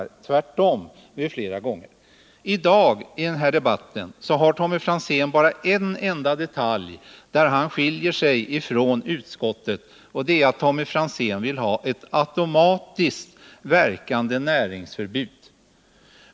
Det har varit tvärtom vid flera tillfällen. I dagens debatt skiljer sig Tommy Franzén bara i en enda detalj från utskottet, och det är att Tommy Franzén vill ha ett automatiskt verkande näringsförbud.